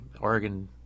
Oregon